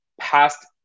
past